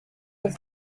was